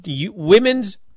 Women's